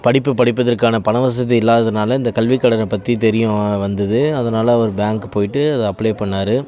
படிப்பு படிப்பதற்கான பணவசதி இல்லாததுனால் இந்த கல்விக்கடனை பற்றி தெரியும் வந்தது அதனால் அவர் பேங்க் போய்விட்டு அது அப்ளை பண்ணார்